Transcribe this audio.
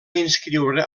inscriure